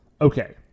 Okay